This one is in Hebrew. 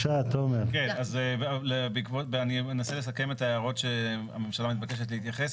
אז אני אנסה לסכם את ההערות שהממשלה מתבקשת להתייחס